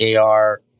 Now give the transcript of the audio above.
AR